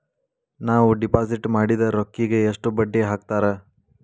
ನಾವು ಡಿಪಾಸಿಟ್ ಮಾಡಿದ ರೊಕ್ಕಿಗೆ ಎಷ್ಟು ಬಡ್ಡಿ ಹಾಕ್ತಾರಾ?